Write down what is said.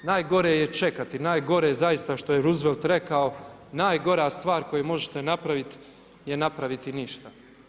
Najgore je čekati, najgore je zaista što je Roosevelt rekao: „Najgora stvar koju možete napraviti je napraviti ništa“